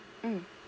mm